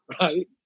right